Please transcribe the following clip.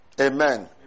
Amen